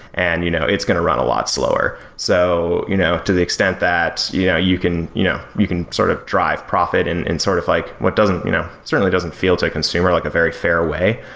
and you know it's going to run a lot slower. so you know to the extent that yeah you can you know you can sort of drive profit and and sort of like what doesn't you know certainly it doesn't feel to a consumer like a very fair way,